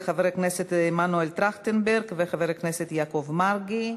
של חבר הכנסת מנואל טרכטנברג וחבר הכנסת יעקב מרגי.